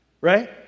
right